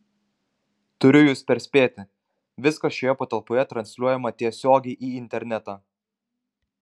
turiu jus perspėti viskas šioje patalpoje transliuojama tiesiogiai į internetą